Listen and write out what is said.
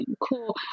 cool